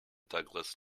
douglas